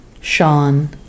Sean